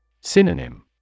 Synonym